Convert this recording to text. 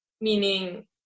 meaning